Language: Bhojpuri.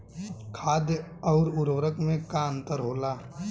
खाद्य आउर उर्वरक में का अंतर होला?